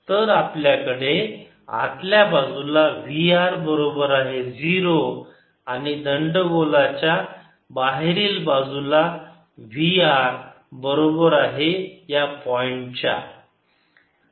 तर आपल्याकडे आतल्या बाजूला आहे v r बरोबर 0 आणि दंडगोलाच्या बाहेरील बाजूला आहे v r बरोबर या पॉईंटच्या